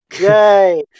Yay